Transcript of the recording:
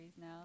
now